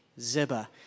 Ziba